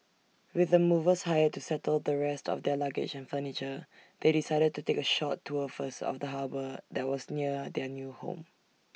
with the movers hired to settle the rest of their luggage and furniture they decided to take A short tour first of the harbour that was near their new home